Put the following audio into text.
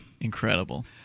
Incredible